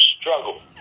struggle